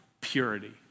purity